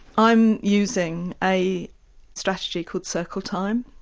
i'm using a strategy called circle time,